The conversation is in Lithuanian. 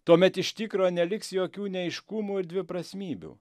tuomet iš tikro neliks jokių neaiškumų ir dviprasmybių